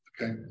Okay